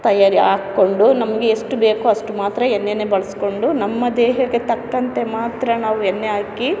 ತಯಾರಿ ಹಾಕ್ಕೊಂಡು ನಮಗೆ ಎಷ್ಟು ಬೇಕೋ ಅಷ್ಟು ಮಾತ್ರ ಎಣ್ಣೆನೇ ಬಳಸಿಕೊಂಡು ನಮ್ಮ ದೇಹಕ್ಕೆ ತಕ್ಕಂತೆ ಮಾತ್ರ ನಾವು ಎಣ್ಣೆ ಹಾಕಿ